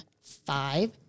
five